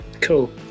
Cool